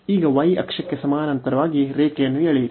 ಈಗ y ಅಕ್ಷಕ್ಕೆ ಸಮಾನಾಂತರವಾಗಿ ರೇಖೆಯನ್ನು ಎಳೆಯಿರಿ